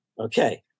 Okay